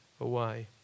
away